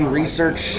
research